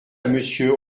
monsieur